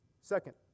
Second